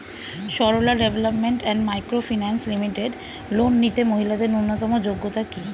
Sarala development and micro finance limited loan নিতে মহিলাদের ন্যূনতম যোগ্যতা কী?